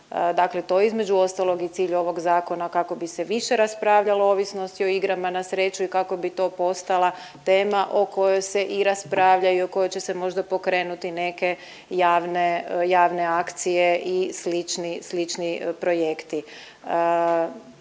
Dakle, to je između ostalog i cilj ovog zakona kako bi se više raspravljalo o ovisnosti o igrama na sreću i kako bi to postala tema o kojoj se i raspravlja i o kojoj će se možda pokrenuti neke javne, javne akcije i slični, slični projekti.